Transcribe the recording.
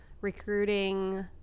recruiting